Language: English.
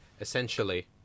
essentially